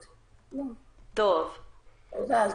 התבלבלת.